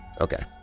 Okay